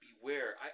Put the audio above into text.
beware